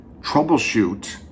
troubleshoot